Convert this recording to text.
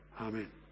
amen